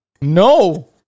No